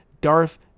Darth